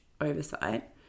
oversight